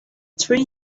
three